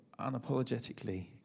unapologetically